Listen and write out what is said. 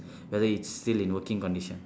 whether it's still in working condition